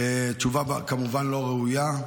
תשובה לא ראויה,